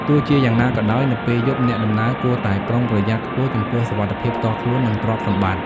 ទោះជាយ៉ាងណាក៏ដោយ នៅពេលយប់ អ្នកដំណើរគួរតែ ប្រុងប្រយ័ត្ន ខ្ពស់ចំពោះសុវត្ថិភាពផ្ទាល់ខ្លួន និងទ្រព្យសម្បត្តិ។